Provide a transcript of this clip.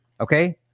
Okay